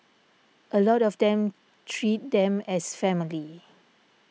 a lot of them treat them as family